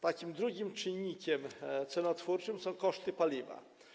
Takim drugim czynnikiem cenotwórczym są koszty paliwa.